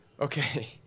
Okay